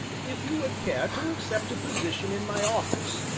if you would care to accept a position in my office.